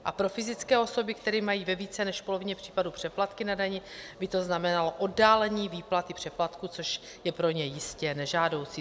A pro fyzické osoby, které mají ve více než polovině případů přeplatky na dani, by to znamenalo oddálení výplaty přeplatku, což je pro ně jistě nežádoucí.